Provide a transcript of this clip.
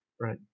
Right